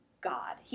god